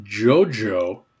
JoJo